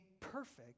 perfect